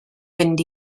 fynd